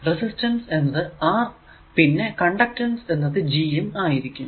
resistance എന്നത് R പിന്നെ conductance എന്നത് G യും ആയിരിക്കും